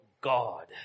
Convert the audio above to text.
God